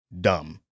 dumb